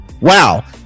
Wow